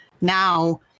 Now